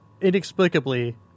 inexplicably